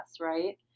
right